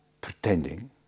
pretending